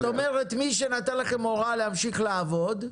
זאת אומרת שמי שנתן לכם הוראה להמשיך לעבוד,